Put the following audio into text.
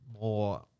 more